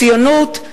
הציונות.